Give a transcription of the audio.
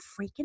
freaking